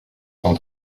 cent